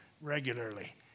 regularly